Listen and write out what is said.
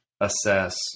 assess